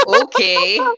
Okay